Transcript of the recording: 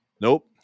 nope